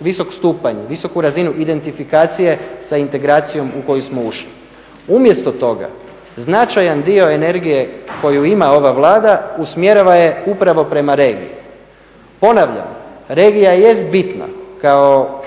visok stupanj, visoku razinu identifikacije sa integracijom u koju smo ušli. Umjesto toga značajan dio energije koju ima ova Vlada usmjerava je upravo prema regiji. Ponavljam, regija jest bitna kao